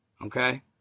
Okay